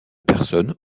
personne